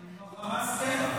עם חמאס כן.